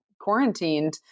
quarantined